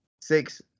six